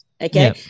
okay